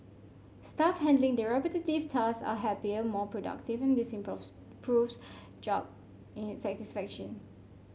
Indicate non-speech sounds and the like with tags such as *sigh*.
staff handling the repetitive tasks are happier more productive and this imports proves job in *unintelligible* satisfaction